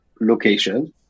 location